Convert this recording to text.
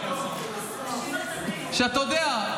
שאתה יודע,